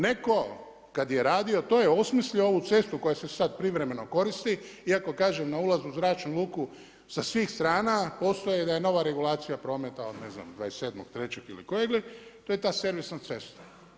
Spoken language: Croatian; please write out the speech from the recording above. Neko kada je radio to je osmislio ovu cestu koja se sada privremeno koristi, iako kažem na ulaz u zračnu luku sa svih strana postoji da je nova regulacija prometa od ne znam 27.3. ili kojeg li, to je ta servisna cesta.